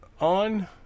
On